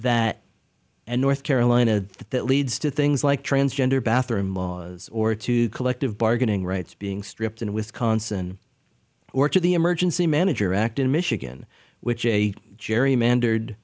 and north carolina that leads to things like transgender bathroom laws or to collective bargaining rights being stripped in wisconsin or to the emergency manager act in michigan which a gerrymander